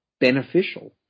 beneficial